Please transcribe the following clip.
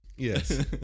Yes